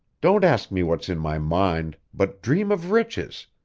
don't ask me what's in my mind, but dream of riches.